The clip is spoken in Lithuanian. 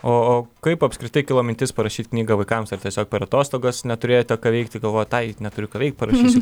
o kaip apskritai kilo mintis parašyt knygą vaikams ar tiesiog per atostogas neturėjote ką veikti galvojot ai neturiu ką veikt parašysiu knygą vaikams